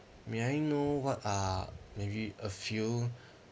may I know what uh maybe a few